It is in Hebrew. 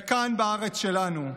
וכאן, בארץ שלנו,